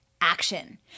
action